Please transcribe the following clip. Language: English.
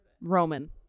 Roman